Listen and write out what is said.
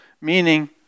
Meaning